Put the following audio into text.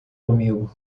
comigo